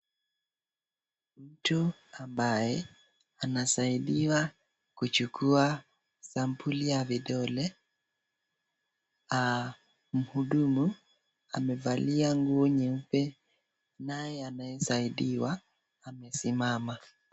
Mtu ambaye anasaidiwa kuchukua sampuli ya vidole. Mhudumu amevalia nguo nyeupe, naye anayesaidiwa amesimama.